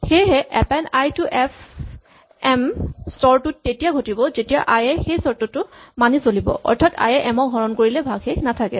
সেয়েহে append I to F M স্তৰটো তেতিয়া ঘটিব যেতিয়া আই এ সেই চৰ্তটো মানি চলিব অৰ্থাৎ আই এ এম ক হৰণ কৰিলে ভাগশেষ নাথাকে